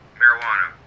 marijuana